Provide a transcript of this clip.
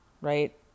right